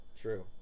True